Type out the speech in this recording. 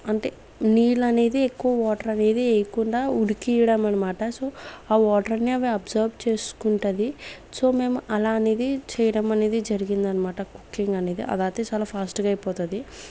అంటే నీళ్లు అనేది ఎక్కువ వాటర్ అనేది వేయకుండా ఉడికియ్యడం అనమాట సో ఆ వాటర్ అన్ని అవి అబ్సార్బ్ చేసుకుంటది సో మేము అలా అనేది చేయడం అనేది జరిగిందనమాట కుకింగ్ అనేది అది అయితే చాలా ఫాస్ట్ గా అయిపోతది